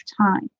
time